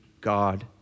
God